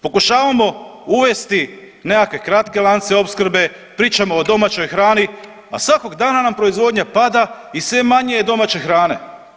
Pokušavamo uvesti nekakve kratke lance opskrbe, pričamo o domaćoj hrani, a svakog dana nam proizvodnja pada i sve manje je domaće hrane.